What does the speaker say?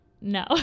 no